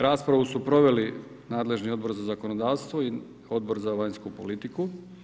Raspravu su proveli nadležni Odbor za zakonodavstvo i Odbor za vanjsku politiku.